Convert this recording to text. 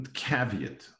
caveat